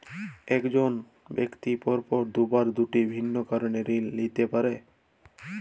এক জন ব্যক্তি পরপর দুবার দুটি ভিন্ন কারণে ঋণ নিতে পারে কী?